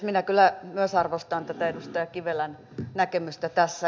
minä kyllä myös arvostan tätä edustaja kivelän näkemystä tässä